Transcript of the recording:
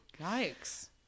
Yikes